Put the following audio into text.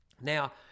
Now